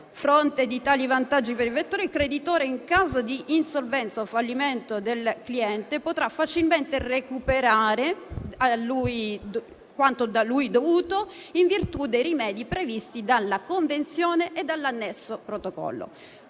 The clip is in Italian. fronte di tali vantaggi per il vettore, il creditore in caso di insolvenza o fallimento del cliente potrà facilmente recuperare quanto a lui dovuto, in virtù dei rimedi previsti dalla convenzione e dall'annesso protocollo.